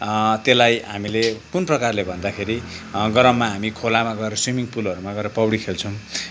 त्यसलाई हामीले कुन प्रकारले भन्दाखेरि गरममा हामी खोलामा गएर स्विमिङ पुलहरूमा गएर पौडी खेल्छौँ